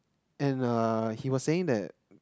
and uh he was saying that